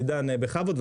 עידן, בכבוד.